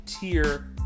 tier